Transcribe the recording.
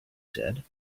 said